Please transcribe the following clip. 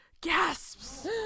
gasps